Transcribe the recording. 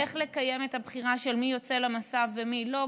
איך לקיים את הבחירה מי יוצא למסע ומי לא,